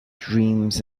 dreams